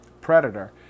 predator